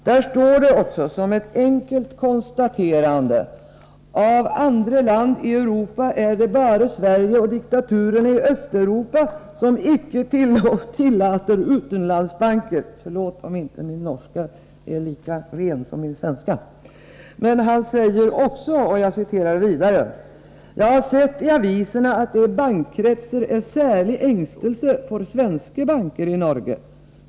I manuskriptet står det som ett enkelt konstaterande: ”Av andre land i Europa er det bare Sverige og diktaturene i Ost-Europa som ikke tillater utenlandske banker.” Jag ber om överseende för min dåliga norska, men låt mig citera vidare: ”Jeg har sett i avisene at det i bankkretser er serlig engstelse for svenske banker i Norge.